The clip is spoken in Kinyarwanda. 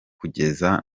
kugeza